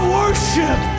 worship